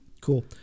Cool